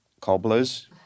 cobblers